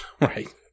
Right